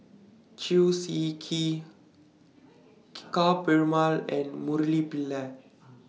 Chew Swee Kee Ka Perumal and Murali Pillai